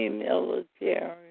military